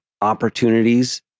opportunities